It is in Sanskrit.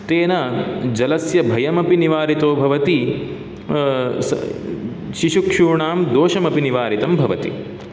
तेन जलस्य भयमपि निवारितो भवति शिशुक्षूणां दोषमपि निवारितं भवति